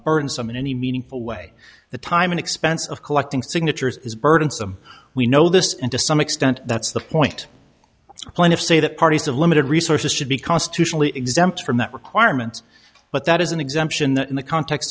burdensome in any meaningful way the time and expense of collecting signatures is burdensome we know this and to some extent that's the point plaintiffs say that parties of limited resources should be constitutionally exempt from that requirement but that is an exemption that in the cont